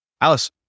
Alice